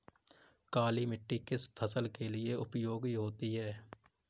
काली मिट्टी किस फसल के लिए उपयोगी होती है?